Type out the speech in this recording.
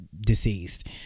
deceased